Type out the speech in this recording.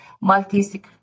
multi